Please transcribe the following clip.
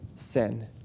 sin